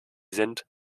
sind